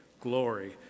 glory